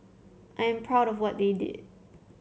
I am proud of what they did